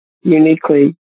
uniquely